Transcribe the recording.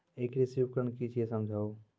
ई कृषि उपकरण कि छियै समझाऊ?